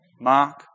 Mark